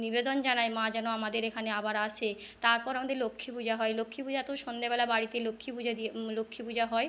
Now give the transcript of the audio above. নিবেদন জানাই মা যেন আমাদের এখানে আবার আসে তারপর আমাদের লক্ষ্মী পূজা হয় লক্ষ্মী পূজা তো সন্ধেবেলা বাড়িতে লক্ষ্মী পূজা দিয়ে লক্ষ্মী পূজা হয়